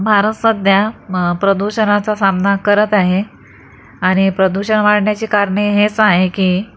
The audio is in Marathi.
भारत सध्या प्रदूषणाचा सामना करत आहे आणि प्रदूषण वाढण्याची कारणे हेच आहे की